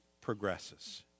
progresses